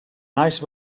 nice